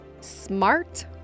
smart